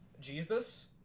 Jesus